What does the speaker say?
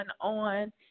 on